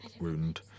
wound